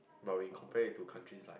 but when you compare to countries like